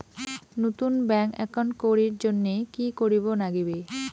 নতুন bank account করির জন্যে কি করিব নাগিবে?